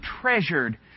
treasured